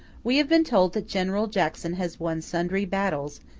we have been told that general jackson has won sundry battles,